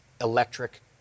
electric